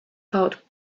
heart